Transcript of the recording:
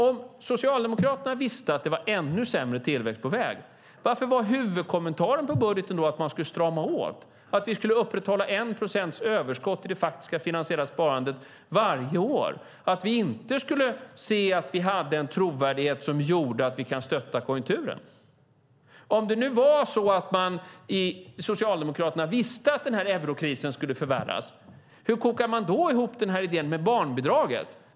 Om Socialdemokraterna visste att det var ännu sämre tillväxt på väg, varför var då huvudkommentaren till budgeten då att man skulle strama åt och upprätthålla 1 procents överskott i det faktiska finansiella sparandet varje år - att vi inte skulle se att vi hade en trovärdighet som gjorde att vi kan stötta konjunkturen? Om man nu i Socialdemokraterna visste att eurokrisen skulle förvärras, hur kokar man då ihop idén med barnbidraget?